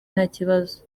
ntakibazo